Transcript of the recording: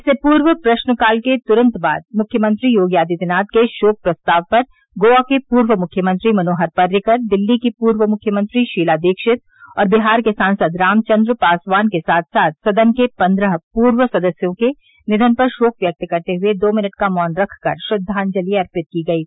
इससे पूर्व प्रश्नकाल के तुरन्त बाद मुख्यमंत्री योगी आदित्यनाथ के शोक प्रस्ताव पर गोवा के पूर्व मुख्यमंत्री मनोहर परिकर दिल्ली की पूर्व मुख्यमंत्री शीला दीक्षित और बिहार के सांसद रामचन्द्र पासवान के साथ साथ सदन के पन्द्रह पूर्व सदस्यों के निधन पर शोक व्यक्त करते हुए दो मिनट का मौन रख कर श्रद्वाजलि अर्पित की गयी